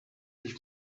sich